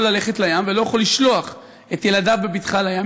ללכת לים ולא יכול לשלוח את ילדיו בבטחה לים,